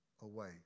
away